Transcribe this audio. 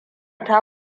ta